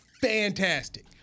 fantastic